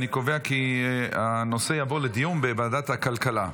אני קובע כי הנושא יעבור לדיון בוועדת הכלכלה.